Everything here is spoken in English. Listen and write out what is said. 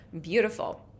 beautiful